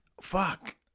Fuck